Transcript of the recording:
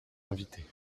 inviter